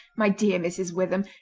my dear mrs. witham,